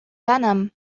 venom